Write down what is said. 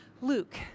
Luke